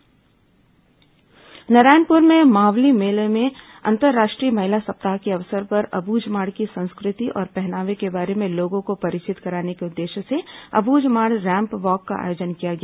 Abujhmarh ramp walk Narayanpur के मावली मेला में अंतर्राष्ट्रीय महिला सप्ताह के अवसर पर अब्रझमाड़ की संस्कृति और पहनावा के बारे में लोगों को परिचित कराने के उद्देश्य से अबूझमाड़ रैम्प वॉक का आयोजन किया गया